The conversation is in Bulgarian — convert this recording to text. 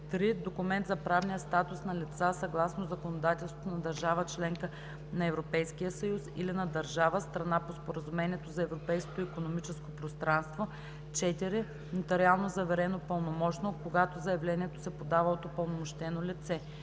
3. документ за правния статус на лица съгласно законодателството на държава – членка на Европейския съюз, или на държава – страна по Споразумението за Европейското икономическо пространство; 4. нотариално заверено пълномощно, когато заявлението се подава от упълномощено лице.